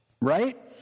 right